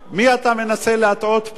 את מי אתה מנסה להטעות פה?